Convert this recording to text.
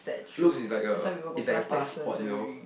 looks is like a is like a passport you know